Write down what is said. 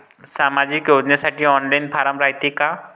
सामाजिक योजनेसाठी online form रायते का?